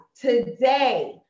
today